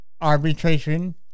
arbitration